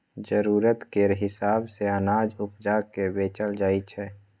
जरुरत केर हिसाब सँ अनाज उपजा केँ बेचल जाइ छै